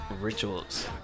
rituals